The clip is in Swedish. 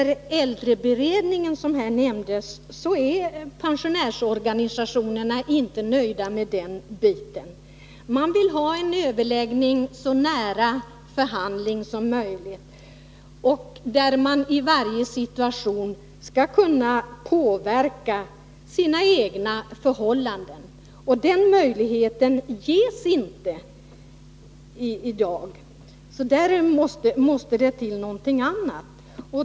Äldreberedningen, som nämndes här, är pensionärsorganisationerna inte nöjda med. De vill ha en överläggning så nära förhandling som möjligt, där man i varje situation skall kunna påverka sina egna förhållanden. Den möjligheten ges inte i dag. Där måste det till något annat.